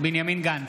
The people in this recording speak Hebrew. בנימין גנץ,